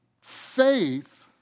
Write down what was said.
Faith